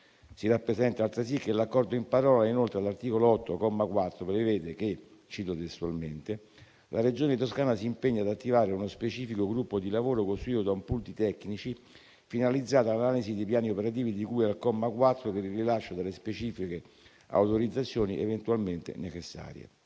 Si rappresenta altresì che l'accordo in parola inoltre, all'articolo 8, comma 4, prevede che - cito testualmente - la Regione Toscana si impegni ad attivare uno specifico gruppo di lavoro, costituito da un *pool* di tecnici, finalizzato all'analisi dei piani operativi di cui al comma 4 per il rilascio delle specifiche autorizzazioni eventualmente necessarie.